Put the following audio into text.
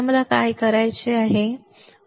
आता मला काय करायचे होते